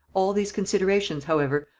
all these considerations, however,